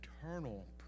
eternal